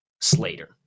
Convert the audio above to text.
Slater